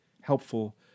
helpful